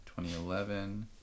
2011